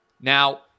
Now